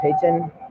Payton